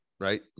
right